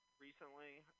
recently